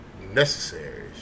necessary